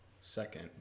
second